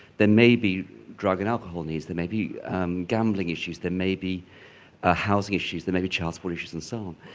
there may be drug and alcohol issues, there may be gambling issues, there may be ah housing issues, there may be child support issues, and so on.